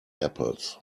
apples